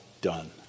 done